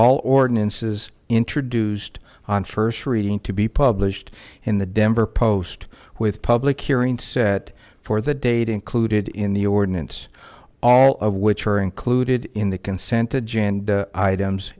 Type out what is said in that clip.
all ordinances introduced on first reading to be published in the denver post with public hearing set for the date included in the ordinance all of which are included in the consent agenda items